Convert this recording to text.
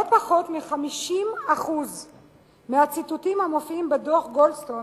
לא פחות מ-50% מהציטוטים המופיעים בדוח-גולדסטון